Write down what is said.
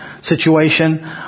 situation